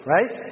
Right